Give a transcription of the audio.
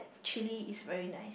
chilli is very nice